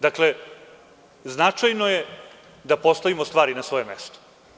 Dakle, značajno je da postavimo stvari na svoje mesto.